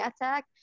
attack